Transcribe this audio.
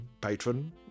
patron